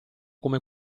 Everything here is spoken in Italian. come